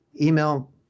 email